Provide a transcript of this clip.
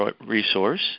Resource